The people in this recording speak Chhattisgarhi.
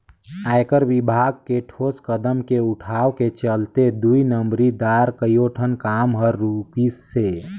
आयकर विभाग के ठोस कदम के उठाव के चलते दुई नंबरी दार कयोठन काम हर रूकिसे